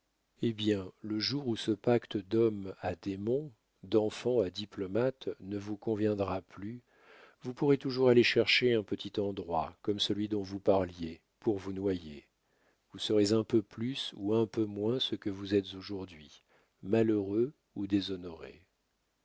eh bien le jour où ce pacte d'homme à démon d'enfant à diplomate ne vous conviendra plus vous pourrez toujours aller chercher un petit endroit comme celui dont vous parliez pour vous noyer vous serez un peu plus ou un peu moins ce que vous êtes aujourd'hui malheureux ou déshonoré